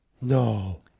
No